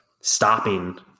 stopping